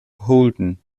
holden